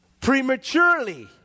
prematurely